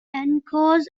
encores